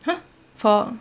!huh! for